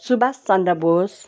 Subas Chandra Bose